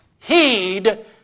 heed